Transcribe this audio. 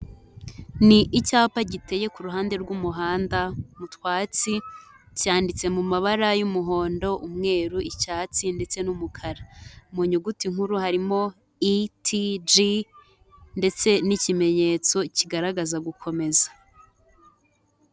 Ni icyapa giteye ku ruhande rw'umuhanda mu twatsi, cyanditse mu mabara y'umuhondo, umweru, icyatsi ndetse n'umukara. Mu nyuguti nkuru harimo i, t, j ndetse n'ikimenyetso kigaragaza gukomeza.